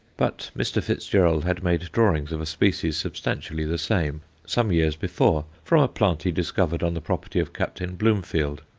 but mr. fitzgerald had made drawings of a species substantially the same, some years before, from a plant he discovered on the property of captain bloomfield,